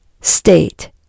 state